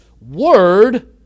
Word